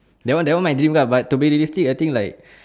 that one that one my dream car but too be realistic I think like